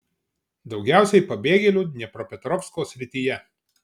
daugiausiai pabėgėlių dniepropetrovsko srityje